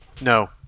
no